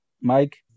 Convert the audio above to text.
Mike